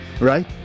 right